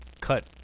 cut